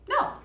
No